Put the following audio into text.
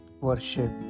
worship